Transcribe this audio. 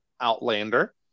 Outlander